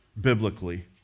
biblically